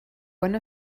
one